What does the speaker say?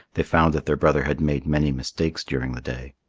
they found that their brother had made many mistakes during the day.